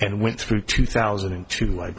and went through two thousand and two i